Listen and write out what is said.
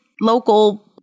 local